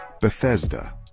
Bethesda